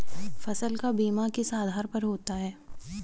फसल का बीमा किस आधार पर होता है?